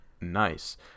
Nice